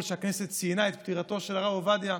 הכנסת ציינה את פטירתו של הרב עובדיה,